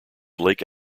lake